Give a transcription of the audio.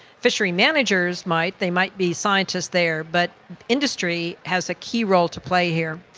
fishery managers might, they might be scientists there, but industry has a key role to play here.